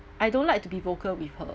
I don't like to be vocal with her